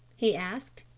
he asked.